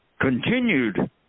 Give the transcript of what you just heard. continued